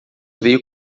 veio